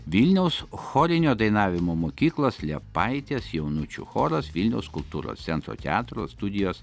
vilniaus chorinio dainavimo mokyklos liepaitės jaunučių choras vilniaus kultūros centro teatro studijos